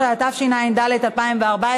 15), התשע"ד 2014,